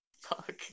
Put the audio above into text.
Fuck